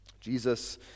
Jesus